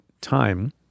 time